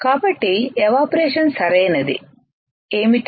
కాబట్టి ఎవాపరేషన్ సరైనది ఏమిటి